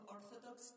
Orthodox